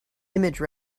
image